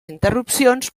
interrupcions